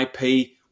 ip